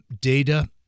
data